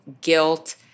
guilt